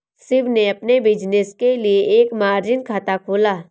शिव ने अपने बिज़नेस के लिए एक मार्जिन खाता खोला